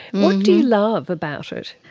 what do you love about it?